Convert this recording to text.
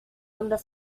under